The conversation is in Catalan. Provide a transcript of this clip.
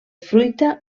fruita